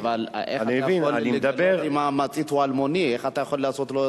אם המצית הוא אלמוני, איך אתה יכול לעשות?